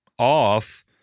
off